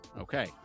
okay